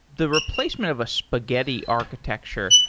the replacement of a spaghetti architecture,